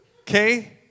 Okay